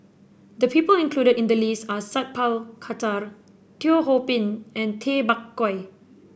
the people included in the list are Sat Pal Khattar Teo Ho Pin and Tay Bak Koi